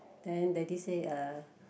then daddy say uh